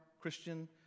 Christian